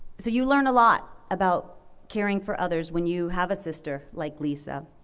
so you learn a lot about caring for others when you have a sister like lisa,